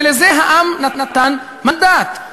ולזה העם נתן מנדט.